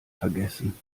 vergessen